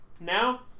Now